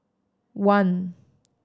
one